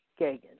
Gagan